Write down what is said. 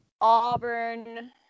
Auburn